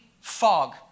fog